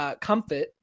Comfort